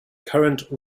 current